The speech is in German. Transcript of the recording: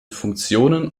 funktionen